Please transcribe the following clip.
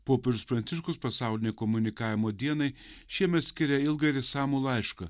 popiežius pranciškus pasaulinei komunikavimo dienai šiemet skiria ilgą ir išsamų laišką